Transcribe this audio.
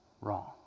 wrong